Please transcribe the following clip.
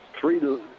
three